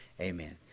Amen